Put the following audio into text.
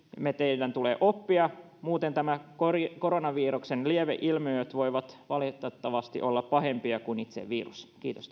meidän tulee oppia muuten koronaviruksen lieveilmiöt voivat valitettavasti olla pahempia kuin itse virus kiitos